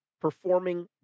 performing